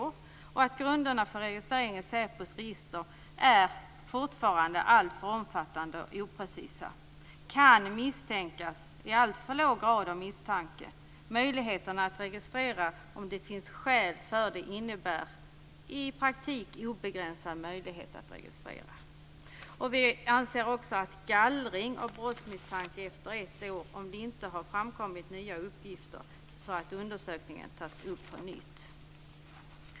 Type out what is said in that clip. Vidare tycker vi att grunderna för registrering i säpos register fortfarande är alltför omfattande och oprecisa. "Kan misstänkas" är alltför låg grad av misstanke. Möjligheten att registrera om det finns skäl för det innebär i praktiken obegränsade möjligheter att registrera. Vi anser också att gallring skall ske vid brottsmisstanke efter ett år, om det inte har framkommit nya uppgifter som gör att undersökningen tas upp på nytt.